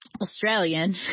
Australian